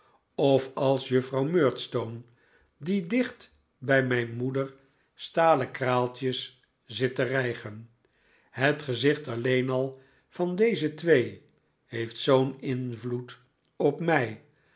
of als juffrouw murdstone die dicht bij mijn moeder stalen kraaltjes zit te rijgen het gezicht alleen al van deze twee heeft zoo'n invloed op mij